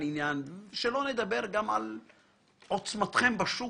שלא לדבר על עוצמתכם בשוק,